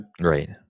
right